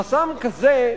חסם כזה,